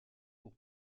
pour